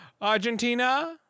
Argentina